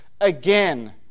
again